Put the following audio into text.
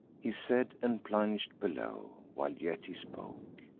he said, and plung'd below. while yet he spoke,